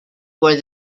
were